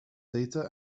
data